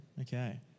Okay